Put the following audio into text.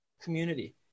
community